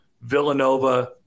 Villanova